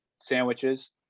sandwiches